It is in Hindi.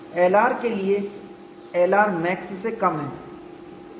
Lr के लिए Lrmax से कम है